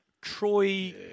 Troy